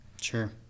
Sure